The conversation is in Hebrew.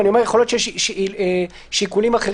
להיכנס לישראל והם מקבלים אישור אוטומטי ולא מחכים